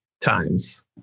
times